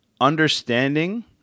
understanding